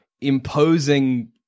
imposing